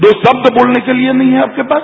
दो शब्द बोलने के लिए नहीं हैं आपके पास